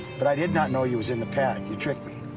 but i did not know you was in the pad. you tricked me.